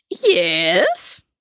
Yes